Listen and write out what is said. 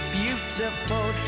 beautiful